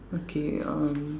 okay um